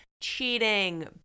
cheating